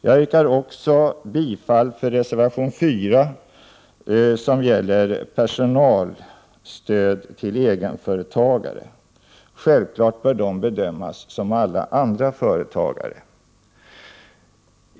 Jag yrkar också bifall till reservation 4, som gäller persontransportstöd till egenn-företagare m.m. Självfallet bör egenföretagarna bedömas som alla andra företagare.